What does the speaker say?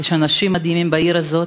יש אנשים מדהימים בעיר הזאת.